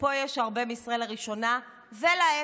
ופה יש הרבה מישראל הראשונה ולהפך.